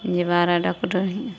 जे बड़ा डॉक्टर हिआँ